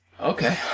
Okay